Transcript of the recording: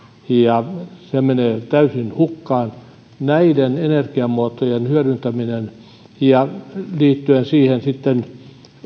ja se menee täysin hukkaan näiden energiamuotojen hyödyntäminen on tärkeää ja siihen liittyy sitten